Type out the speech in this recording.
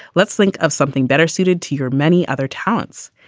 let's think of something better suited to your many other talents.